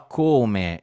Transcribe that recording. come